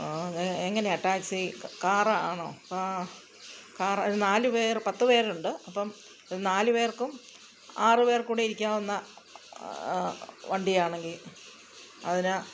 അത് എങ്ങനെയാ ടാക്സി കാറാണോ കാ കാര് ഒരു നാലുപേർ പത്ത് പേരുണ്ട് അപ്പോള് നാലു പേർക്കും ആറുപേർക്കൂടി ഇരിക്കാവുന്ന വണ്ടിയാണെങ്കില് അതിന്